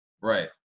Right